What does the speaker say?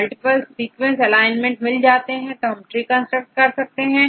multiple sequence alignment मिल जाने पर आप tree कंस्ट्रक्ट कर सकते हैं